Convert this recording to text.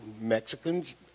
Mexicans